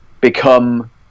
become